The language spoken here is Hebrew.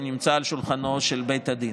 זה נמצא על שולחנו של בית הדין.